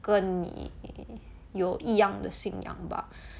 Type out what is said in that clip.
跟你有一样的信仰吧